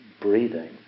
breathing